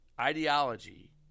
ideology